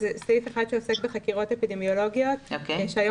סעיף אחד שעוסק בחקירות אפידמיולוגיות והיום